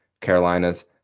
Carolinas